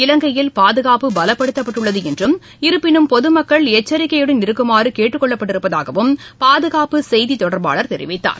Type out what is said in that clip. இலங்கையில் பாதுகாப்பு பலப்படுத்தப்பட்டுள்ளதுஎன்றும் இருப்பினும் பொதுமக்கள் எச்சரிக்கையுடன் இருக்குமாறகேட்டுக் கொள்ளப்பட்டிருப்பதாகவும் பாதுகாப்பு செய்தித் தொடர்பாளர் தெரிவித்தார்